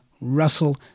Russell